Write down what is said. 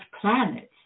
planets